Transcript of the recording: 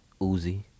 Uzi